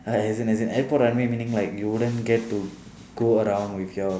as in as in airport runway meaning like you wouldn't get to go around with your